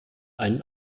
einen